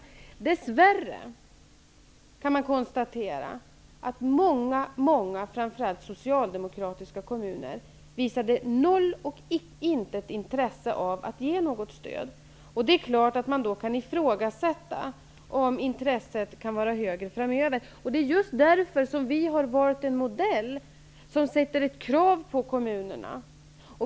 Man kan dess värre konstatera att många, framför allt socialdemokratiska, kommuner visade noll och intet intresse av att ge något stöd. Det är klart att man då kan ifrågasätta om intresset kan vara högre framöver. Det är just därför vi har valt en modell att ställa krav på kommunerna.